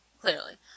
Clearly